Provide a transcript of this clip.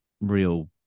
real